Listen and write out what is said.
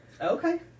Okay